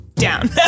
Down